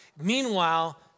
Meanwhile